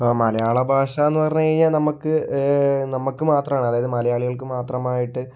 ഇപ്പോൾ മലയാള ഭാഷ എന്ന് പറഞ്ഞു കഴിഞ്ഞാൽ നമ്മൾക്ക് നമ്മൾക്ക് മാത്രമാണ് അതായത് മലയാളികൾക്ക് മാത്രമായിട്ട്